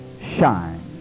shine